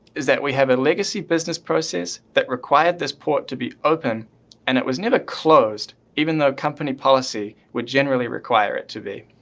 is that we have a legacy business process that required this port to be open and it was never closed even though company policy would generally require it to be.